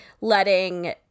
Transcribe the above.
letting